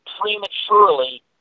prematurely